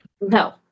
no